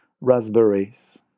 raspberries